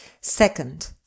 Second